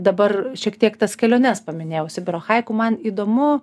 dabar šiek tiek tas keliones paminėjau sibiro haiku man įdomu